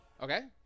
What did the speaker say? Okay